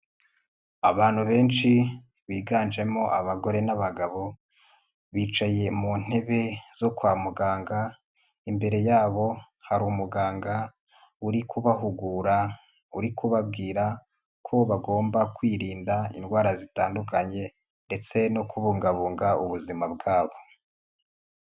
Abantu benshi biganjemo abagore n'abagabo, bicaye mu ntebe zo kwa muganga, imbere yabo hari umuganga uri kubahugura uri kubabwira ko bagomba kwirinda indwara zitandukanye, ndetse no kubungabunga ubuzima bwabo.